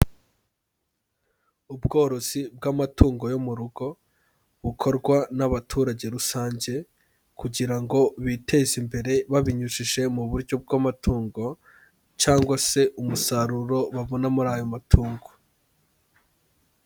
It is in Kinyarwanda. Ubworozi bw'amatungo yo mu rugo, bukorwa n'abaturage rusange, kugira ngo biteze imbere babinyujije mu buryo bw'amatungo, cyangwa se umusaruro, babona muri ayo matungo.